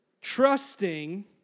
trusting